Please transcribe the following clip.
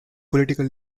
political